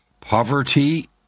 poverty